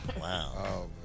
wow